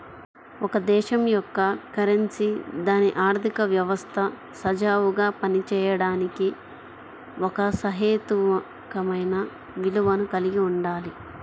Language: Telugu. ఒక దేశం యొక్క కరెన్సీ దాని ఆర్థిక వ్యవస్థ సజావుగా పనిచేయడానికి ఒక సహేతుకమైన విలువను కలిగి ఉండాలి